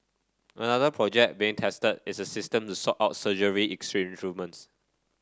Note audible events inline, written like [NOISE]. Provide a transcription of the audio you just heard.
another project being tested is a system to sort out surgery [UNINTELLIGIBLE]